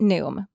Noom